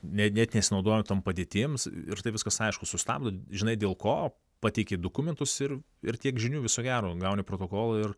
ne net nesinaudoju tom padėtim ir tai viskas aišku sustabdo žinai dėl ko pateiki dokumentus ir ir tiek žinių viso gero gauni protokolą ir